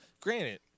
Granted